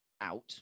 out